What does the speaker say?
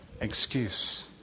excuse